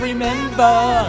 Remember